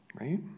right